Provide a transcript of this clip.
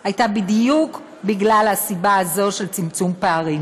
הייתה בדיוק הסיבה הזאת של צמצום פערים,